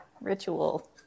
Ritual